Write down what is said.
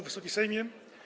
Wysoki Sejmie!